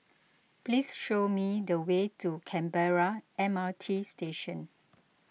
please show me the way to Canberra M R T Station